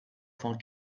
cent